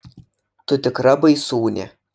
tu tikra baisūnė